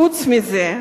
חוץ מזה,